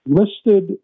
listed